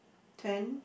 ten